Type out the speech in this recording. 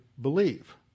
believe